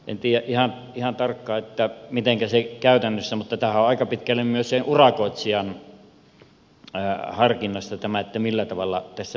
en tiedä ihan tarkkaan miten se käytännössä tapahtuu mutta tämähän on aika pitkälle myös sen urakoitsijan harkinnassa millä tavalla tässä menetellään